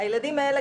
הילדים האלה,